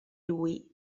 lui